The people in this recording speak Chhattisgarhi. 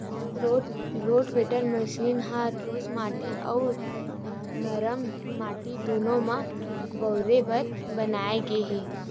रोटावेटर मसीन ह ठोस माटी अउ नरम माटी दूनो म बउरे बर बनाए गे हे